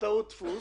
כי נפלה טעות דפוס